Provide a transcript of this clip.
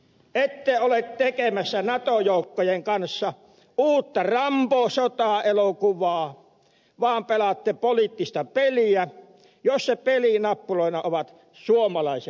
ette ole tekemässä nato joukkojen kanssa uutta rambo sotaelokuvaa vaan pelaatte poliittista peliä jossa pelinappuloina ovat suomalaiset sotilaat